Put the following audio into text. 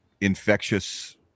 infectious